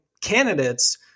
candidates